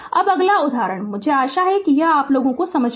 अब अगला उदाहरण मुझे आशा है कि हम इसे समझ रहे है